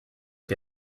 que